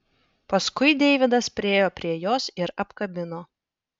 paskui deividas priėjo prie jos ir apkabino